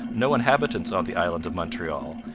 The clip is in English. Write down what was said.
no inhabitants on the island of montreal,